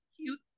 cute